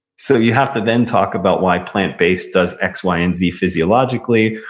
so you have to then talk about why plant-based does x, y, and z, physiologically,